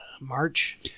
march